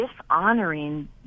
dishonoring